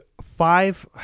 five